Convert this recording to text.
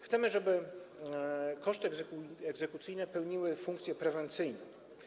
Chcemy, żeby koszty egzekucyjne pełniły funkcję prewencyjną.